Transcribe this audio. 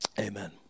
amen